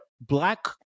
black